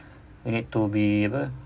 you need to be apa